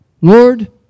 Lord